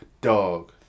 Dog